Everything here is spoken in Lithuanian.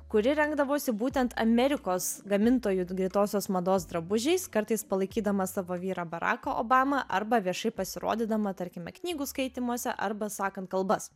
kuri rengdavosi būtent amerikos gamintojų greitosios mados drabužiais kartais palaikydama savo vyrą baraką obamą arba viešai pasirodydama tarkime knygų skaitymuose arba sakant kalbas